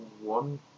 one